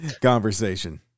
conversation